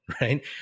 right